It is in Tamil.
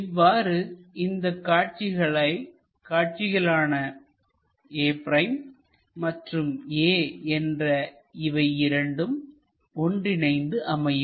இவ்வாறு இந்த காட்சிகளான a' மற்றும் a என்ற இவை இரண்டும் ஒன்றிணைந்து அமையும்